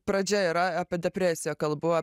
pradžia yra apie depresiją kalbu